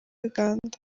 uganda